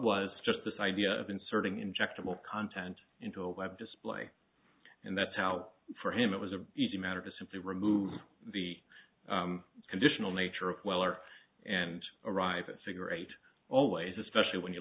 was just this idea of inserting injectable content into a web display and that's how for him it was a easy matter to simply remove the conditional nature of well or and arrive at figure eight always especially when you